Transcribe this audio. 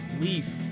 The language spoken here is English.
Leaf